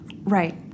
Right